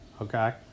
okay